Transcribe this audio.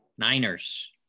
Niners